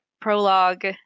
prologue